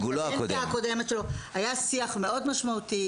בקדנציה הקודמת שלו קיים שיח מאוד משמעותי